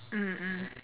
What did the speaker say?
mm mm